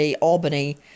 Albany